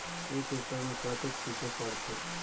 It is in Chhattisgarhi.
एक एकड़ मे कतेक छीचे पड़थे?